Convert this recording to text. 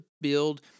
build